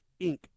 Inc